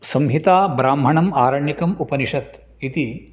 संहिता ब्राह्मणम् आरण्यकम् उपनिषत् इति